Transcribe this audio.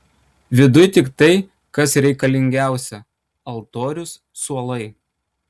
viduj tik tai kas reikalingiausia altorius suolai